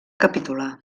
capitular